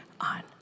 on